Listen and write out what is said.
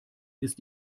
ist